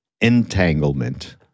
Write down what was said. entanglement